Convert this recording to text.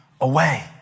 away